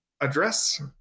address